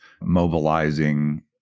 mobilizing